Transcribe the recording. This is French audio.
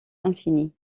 infini